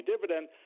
dividend